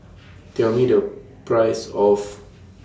Tell Me The Price of